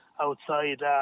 outside